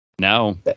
No